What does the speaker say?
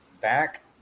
back